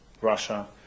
Russia